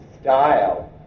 style